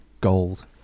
gold